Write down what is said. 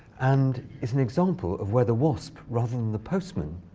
and it's an example of where the wasp, rather than the postman,